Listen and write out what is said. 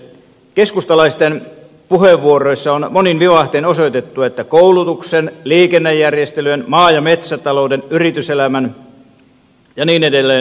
keskustalaisten puheenvuoroissa on monin vivahtein osoitettu että koulutuksen liikennejärjestelyjen maa ja metsätalouden yrityselämän ja niin edelleen